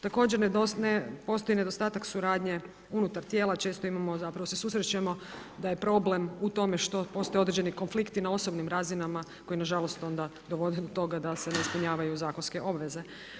Također postoji nedostatak suradnje unutar tijela, često imamo, zapravo se susrećemo da je problem u tome što postoje određeni konflikti na osobnim razinama koji nažalost onda dovode do toga da se ne ispunjavaju zakonske obveze.